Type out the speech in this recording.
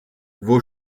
vos